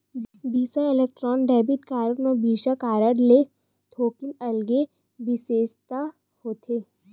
बिसा electron debit card म Visa card ले थोकिन अलगे बिसेसता होथे